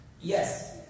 yes